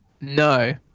no